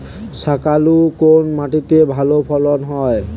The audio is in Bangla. শাকালু কোন মাটিতে ভালো ফলন হয়?